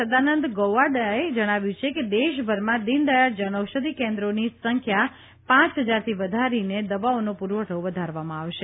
સદાનંદ ગોવડાએ જણાવ્યું છે કે દેશભરમાં દીનદયાળ જનૌષધિ કેન્દ્રોની સંખ્યા પાંચ હજારથી વધારીને દવાઓનો પૂરવઠો વધારવામાં આવશે